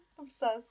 Obsessed